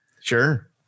sure